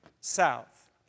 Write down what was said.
south